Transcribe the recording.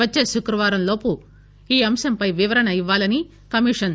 వచ్చే శుక్రవారంలోపు ఈ అంశంపై వివరణ ఇవ్వాలని కమిషన్